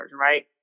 right